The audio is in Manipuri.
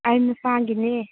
ꯑꯩ ꯅꯨꯄꯥꯒꯤꯅꯦ